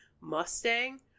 Mustang